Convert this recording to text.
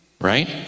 right